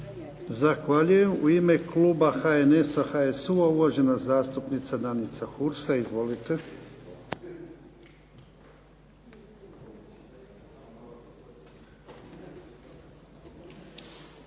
Zahvaljujem. U ime kluba HNS-a, HSU-a, uvažena zastupnica Danica Hursa. Izvolite.